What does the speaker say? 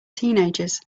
teenagers